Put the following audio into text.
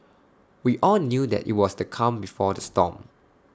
we all knew that IT was the calm before the storm